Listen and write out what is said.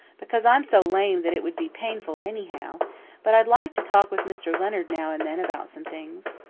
because i'm so lame that it would be painful anyhow but i'd like to talk with mr. leonard now and then about some things.